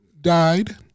died